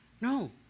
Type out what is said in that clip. No